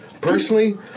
Personally